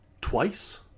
twice